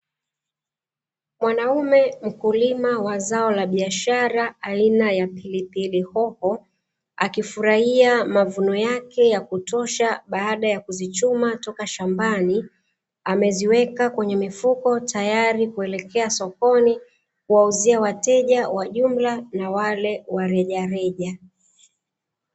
Mwanaume mkulima wa zao la biashara aina ya pilipili hoho, akifurahia mavuno yake ya kutosha baada ya kuzichima toka shambani, ameziweka kwenye mifuko tayari kuelekea sokoni kuwauzia wateja wa jumla na wale wa rejareja.